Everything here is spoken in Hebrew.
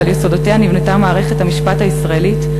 שעל יסודותיה נבנתה מערכת המשפט הישראלית,